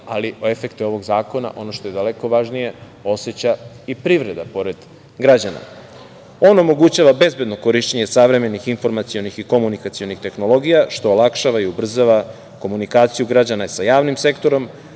ali efekte ovog zakona, ono što je daleko važnije, oseća i privreda, pored građana. On omogućava bezbedno korišćenje savremenih informacionih i komunikacionih tehnologija, što olakšava i ubrzava komunikaciju građana sa javnim sektorom,